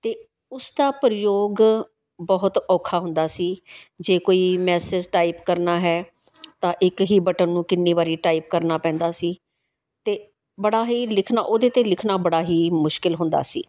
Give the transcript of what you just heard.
ਅਤੇ ਉਸ ਦਾ ਪ੍ਰਯੋਗ ਬਹੁਤ ਔਖਾ ਹੁੰਦਾ ਸੀ ਜੇ ਕੋਈ ਮੈਸੇਜ ਟਾਈਪ ਕਰਨਾ ਹੈ ਤਾਂ ਇੱਕ ਹੀ ਬਟਨ ਨੂੰ ਕਿੰਨੀ ਵਾਰ ਟਾਈਪ ਕਰਨਾ ਪੈਂਦਾ ਸੀ ਅਤੇ ਬੜਾ ਹੀ ਲਿਖਣਾ ਉਹਦੇ 'ਤੇ ਲਿਖਣਾ ਬੜਾ ਹੀ ਮੁਸ਼ਕਿਲ ਹੁੰਦਾ ਸੀ